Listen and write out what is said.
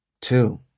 two